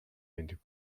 and